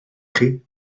chi